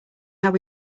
how